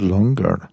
Longer